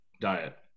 diet